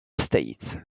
state